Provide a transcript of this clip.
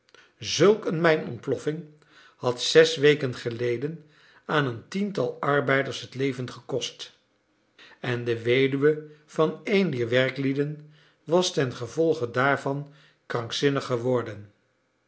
zulk een mijnontploffing had zes weken geleden aan een tiental arbeiders het leven gekost en de weduwe van een dier werklieden was tengevolge daarvan krankzinnig geworden